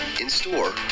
in-store